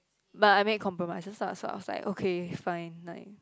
but I make compromises lah so I was like okay fine like